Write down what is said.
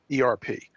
ERP